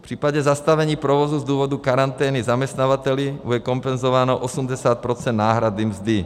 V případě zastavení provozu z důvodu karantény zaměstnavateli bude kompenzováno 80 % náhrady mzdy.